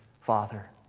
Father